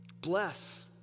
bless